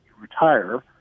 retire